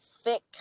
thick